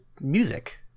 music